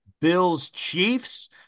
Bills-Chiefs